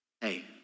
hey